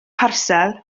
parsel